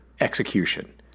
execution